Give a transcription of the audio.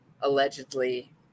allegedly